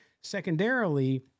Secondarily